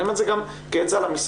אני אומר את זה גם כעצה למשרד.